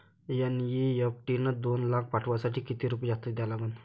NEFT न दोन लाख पाठवासाठी किती रुपये जास्तचे द्या लागन?